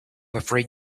afraid